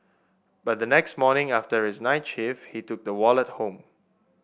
but the next morning after his night shift he took the wallet home